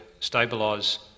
stabilise